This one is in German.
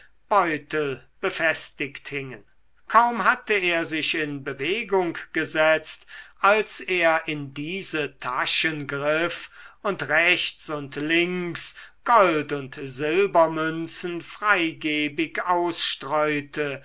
beutel befestigt hingen kaum hatte er sich in bewegung gesetzt als er in diese taschen griff und rechts und links gold und silbermünzen freigebig ausstreute